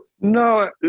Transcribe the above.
No